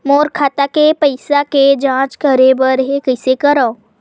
मोर खाता के पईसा के जांच करे बर हे, कइसे करंव?